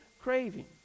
craving